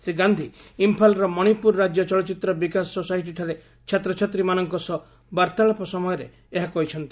ଶ୍ରୀ ଗାନ୍ଧୀ ଇମ୍ଫାଲର ମଣିପୁର ରାଜ୍ୟ ଚଳଚ୍ଚିତ୍ର ବିକାଶ ସୋସାଇଟି ଠାରେ ଛାତ୍ରଛାତ୍ରୀମାନଙ୍କ ସହ ବାର୍ତ୍ତାଳାପ ସମୟରେ ଏହା କହିଛନ୍ତି